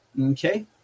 Okay